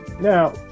Now